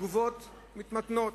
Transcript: התגובות מתמתנות